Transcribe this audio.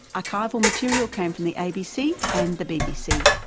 archival material came from the abc and the bbc.